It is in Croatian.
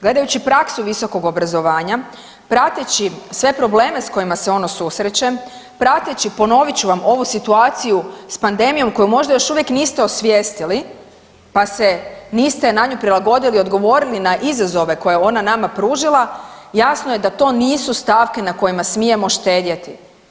Gledajući praksu Visokog obrazovanja, prateći sve probleme s kojima se ono susreće prateći, ponovit ću vam ovu situaciju s pandemijom koju možda još uvijek niste osvijestili pa se niste na nju prilagodili, odgovorili na izazove koje je ona nama pružila jasno je da to nisu stavke na kojima smijemo štedjeti.